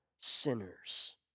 sinners